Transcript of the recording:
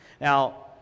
Now